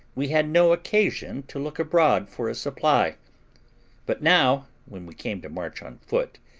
we had no occasion to look abroad for a supply but now, when we came to march on foot,